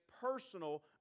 personal